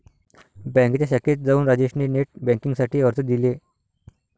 बँकेच्या शाखेत जाऊन राजेश ने नेट बेन्किंग साठी अर्ज दिले